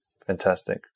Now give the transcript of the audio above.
Fantastic